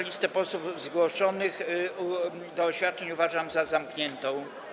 Listę posłów zgłoszonych do oświadczeń uważam za zamkniętą.